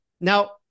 Now